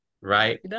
right